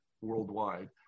worldwide